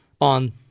on